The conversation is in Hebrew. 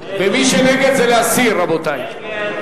ומי שנגד, זה להסיר, רבותי.